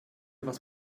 was